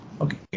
Okay